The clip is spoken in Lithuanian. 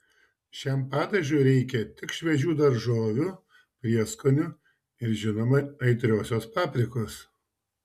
šiam padažui reikia tik šviežių daržovių prieskonių ir žinoma aitriosios paprikos